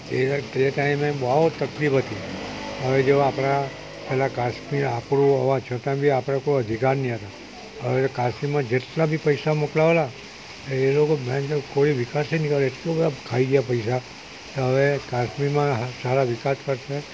એ તે ટાઈમે બહુ તકલીફ હતી હવે જો આપણા પેલા કાશ્મીર આપણું હોવા છતાં બી આપણે કોઈ અધિકાર નહીં હતો હવે કાશ્મીરમાં જેટલા બી પૈસા મોકલાવેલા એ એ લોકો ભેણચોદ કોઈ વિકાસ નહીં કરે એટલા બધાં ખાઈ ગયા પૈસા તો હવે કાશ્મીરમાં સારા વિકાસ કરશે